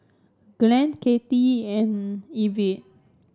Glenn Kathie and Evette